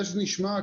רופא טיפול נמרץ,